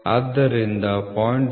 ಆದ್ದರಿಂದ 0